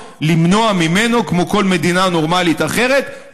כמו בכל מדינה נורמלית אחרת,